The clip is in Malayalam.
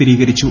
സ്ഥിരീകരിച്ചു